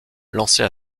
lancée